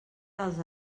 dels